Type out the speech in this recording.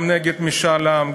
גם נגד משאל עם,